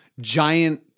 giant